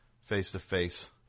face-to-face